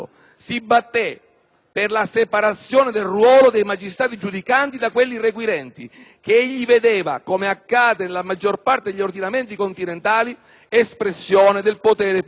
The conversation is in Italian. per la separazione del ruolo dei magistrati giudicanti da quelli requirenti che egli vedeva, come accade nella maggior parte degli ordinamenti continentali, espressione del potere punitivo dello Stato.